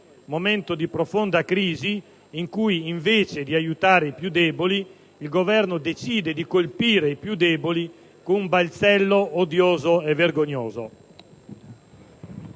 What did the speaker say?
momento di profonda crisi economica in cui, invece di aiutare i più deboli, il Governo decide di colpirli con un balzello odioso e vergognoso.